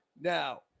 now